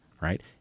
right